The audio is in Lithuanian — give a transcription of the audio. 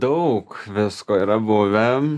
daug visko yra buvę